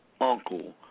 uncle